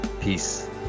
Peace